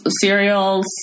cereals